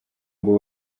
ngo